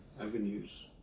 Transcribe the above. avenues